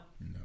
no